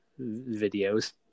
videos